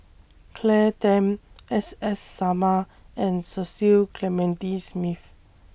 Claire Tham S S Sarma and Cecil Clementi Smith